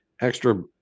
extra